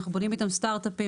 אנחנו בונים איתם סטארט-אפים,